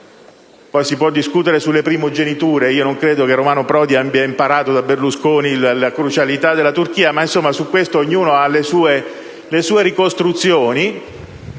Si potrà discutere sulle primogeniture (non credo che Romano Prodi abbia imparato da Berlusconi la crucialità della Turchia, ma al riguardo ognuno ha le proprie ricostruzioni),